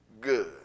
good